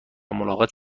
ملاقات